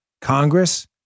Congress